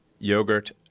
Yogurt